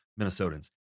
Minnesotans